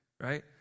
right